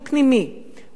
והוא לא מגיע,